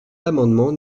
l’amendement